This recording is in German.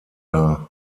dar